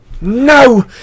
No